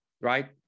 right